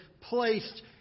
placed